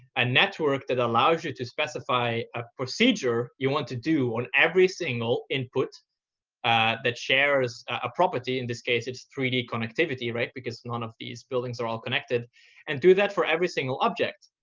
a network that allows you to specify a procedure you want to do on every single input that shares a property in this case, it's three d connectivity, because none of these buildings are all connected and do that for every single object.